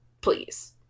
please